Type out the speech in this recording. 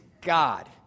God